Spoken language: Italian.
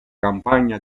campagna